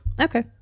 Okay